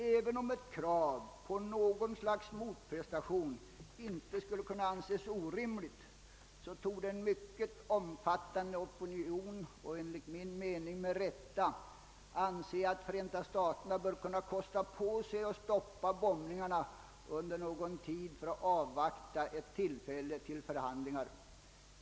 även om ett krav på något slags motprestation inte skulle kunna betraktas som orimligt torde en mycket omfattande opinion — enligt min mening med rätta — anse att Förenta staterna bör kunna kosta på sig att stoppa bombningarna under någon tid för att avvakta ett tillfälle till förhandlingar.